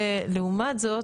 ולעומת זאת,